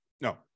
no